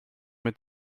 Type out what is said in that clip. mit